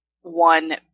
one